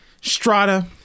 Strata